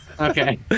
Okay